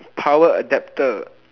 power adaptor